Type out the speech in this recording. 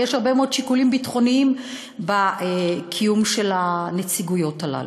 ויש הרבה מאוד שיקולים בקיום של הנציגויות הללו.